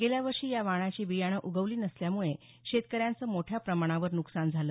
गेल्या वर्षी या वाणाची बियाणं उगवली नसल्यामुळे शेतकऱ्यांचं मोठ्या प्रमाणावर नुकसान झालं